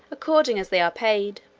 according as they are paid.